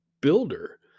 builder